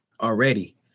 already